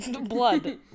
Blood